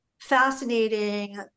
fascinating